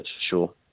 sure